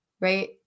right